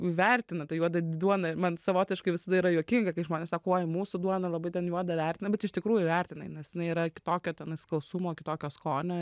įvertina tai juoda duona man savotiškai visada yra juokinga kai žmonės sako mūsų duona labai ten juodą vertina bet iš tikrųjų vertina nes jinai yra kitokio tenai skalsumo kitokio skonio